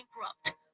bankrupt